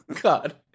God